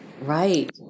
right